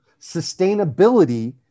Sustainability